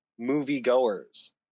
moviegoers